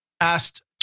asked